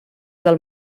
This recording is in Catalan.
del